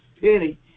penny